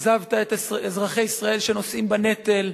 אכזבת את אזרחי ישראל שנושאים בנטל,